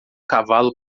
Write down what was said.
cavalo